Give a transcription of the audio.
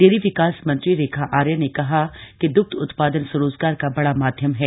dairy विकास मंत्री रेखा आर्या ने कहा कि दुग्ध उत्पादन स्वरोजगार का बड़ा माध्यम है